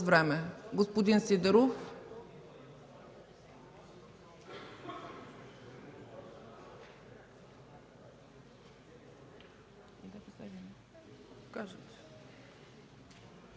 време. Господин Сидеров.